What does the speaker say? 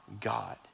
God